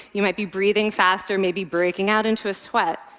you might be breathing faster, maybe breaking out into a sweat.